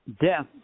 death